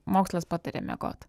mokslas pataria miegot